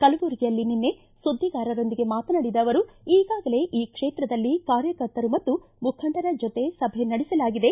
ಕಲಬುರ್ಗಿಯಲ್ಲಿ ನಿನ್ನೆ ಸುದ್ದಿಗಾರರೊಂದಿಗೆ ಮಾತನಾಡಿದ ಅವರು ಈಗಾಗಲೇ ಕ್ಷೇತ್ರದಲ್ಲಿ ಕಾರ್ಯಕರ್ತರು ಮತ್ತು ಮುಖಂಡರ ಜೊತೆ ಸಭೆ ನಡೆಸಲಾಗಿದೆ